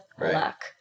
luck